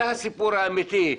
זה הסיפור האמיתי.